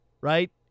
right